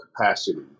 capacity